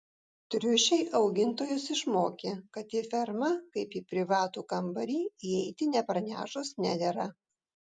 triušiai augintojus išmokė kad į fermą kaip į privatų kambarį įeiti nepranešus nedera